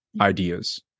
ideas